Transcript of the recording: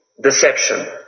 deception